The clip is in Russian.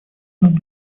нам